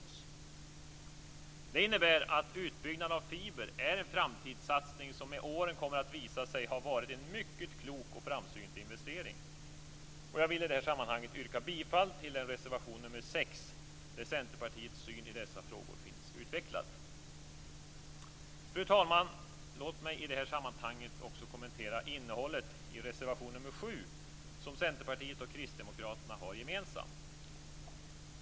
Detta innebär att en utbyggnad av fiber är en framtidssatsning som med åren kommer att visa sig vara en mycket klok och framsynt investering. Jag vill i detta sammanhang yrka bifall till reservation nr 6, där Centerpartiets syn på dessa frågor har utvecklats. Fru talman! Låt mig i det här sammanhanget också kommentera innehållet i reservation nr 7, som är gemensam för Centerpartiet och Kristdemokraterna.